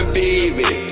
baby